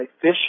fish